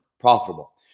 profitable